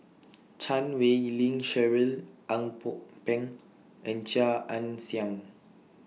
Chan Wei Ling Cheryl Ang Pok Peng and Chia Ann Siang